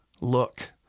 look